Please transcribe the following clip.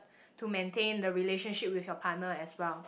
to maintain the relationship with your partner as well